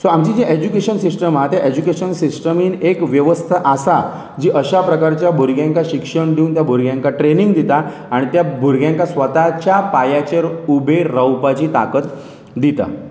so आमची जी education system आहा ते एज्युकेशन सिस्टमीन एक वेवस्था आसा जी अश्या प्रकारच्या भुरग्यांक शिक्षण दिवन त्या भुरग्यांक ट्रेनींग दिता आनी त्या भुरग्यांक स्वताच्या पांयाचेर उबेर राववपाची ताकत दिता